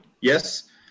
yes